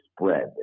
spread